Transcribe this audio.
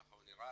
כך הוא נראה.